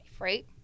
right